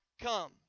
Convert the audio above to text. Come